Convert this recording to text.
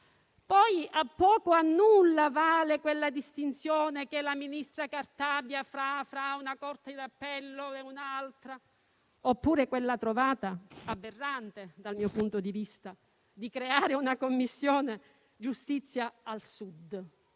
A poco o nulla valgono la distinzione che la ministra Cartabia fa tra una Corte d'appello e un'altra, oppure la trovata - aberrante, dal mio punto di vista - di creare una Commissione giustizia al Sud,